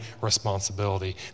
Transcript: responsibility